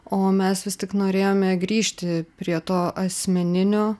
o mes vis tik norėjome grįžti prie to asmeninio